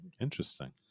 Interesting